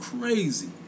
crazy